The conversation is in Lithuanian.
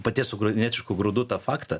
paties ukrainietiškų grūdų tą faktą